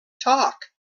talk